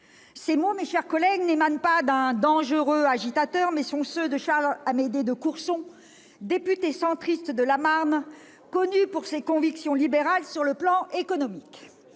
Ces mots, mes chers collègues, n'émanent pas d'un dangereux agitateur, mais sont ceux de Charles Amédée de Courson, député centriste de la Marne, connu pour ses convictions libérales sur le plan économique.